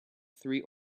three